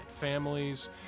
families